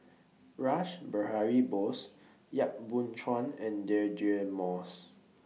Rash Behari Bose Yap Boon Chuan and Deirdre Moss